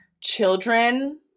children